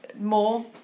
more